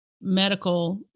medical